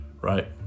Right